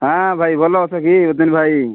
ହାଁ ଭାଇ ଭଲ ଅଛ କି ଜତିନ ଭାଇ